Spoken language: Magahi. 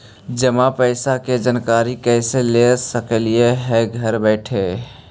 जमा पैसे के जानकारी कैसे ले सकली हे घर बैठे?